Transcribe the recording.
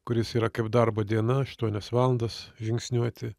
kuris yra kaip darbo diena aštuonias valandas žingsniuoti